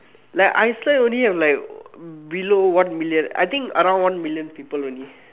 like Iceland only have like below one million around one million people only